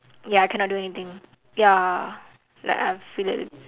ya cannot do anything ya like I feel